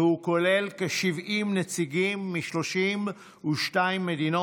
והוא כולל כ-70 נציגים מ-32 מדינות.